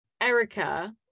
Erica